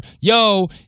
yo